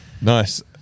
Nice